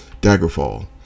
Daggerfall